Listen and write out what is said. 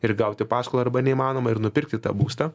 ir gauti paskolą arba neįmanoma ir nupirkti tą būstą